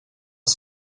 els